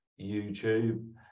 YouTube